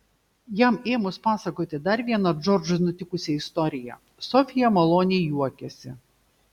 jam ėmus pasakoti dar vieną džordžui nutikusią istoriją sofija maloniai juokėsi